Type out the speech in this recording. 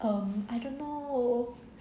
um I don't know